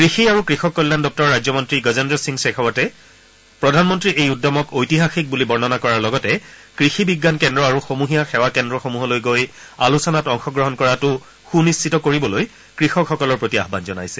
কৃষি আৰু কৃষক কল্যাণ দপ্তৰৰ ৰাজ্যমন্ত্ৰী গজেন্দ্ৰ সিং শেখাৱটে প্ৰধানমন্ত্ৰীৰ এই উদ্যমক ঐতিহাসিক বুলি বৰ্ণনা কৰাৰ লগতে কৃষি বিজ্ঞান কেন্দ্ৰ আৰু সমূহীয়া সেৱা কেন্দ্ৰসমূহলৈ গৈ আলোচনাত অংশগ্ৰহণ কৰাটো সুনিশ্চিত কৰিবলৈ কৃষকসকলৰ প্ৰতি আহ্বান জনাইছে